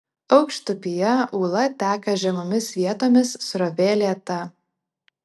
aukštupyje ūla teka žemomis vietomis srovė lėta